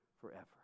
forever